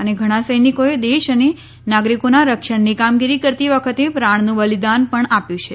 અને ઘણા સૈનિકોએ દેશ અને નાગરિકોના રક્ષણની કામગીરી કરતી વખતે પ્રાણનું બલિદાન પણ આપ્યું છે